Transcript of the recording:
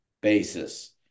basis